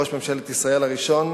ראש ממשלת ישראל הראשון: